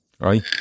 right